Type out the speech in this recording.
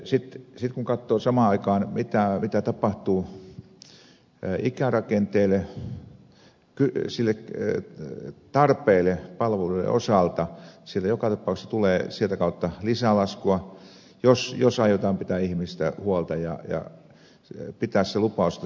sitten kun katsoo samaan aikaan mitä tapahtuu ikärakenteelle sille tarpeelle palveluiden osalta joka tapauksessa tulee sieltä kautta lisää laskua jos aiotaan pitää ihmisistä huolta ja pitää se lupaus että suomi on hyvinvointiyhteiskunta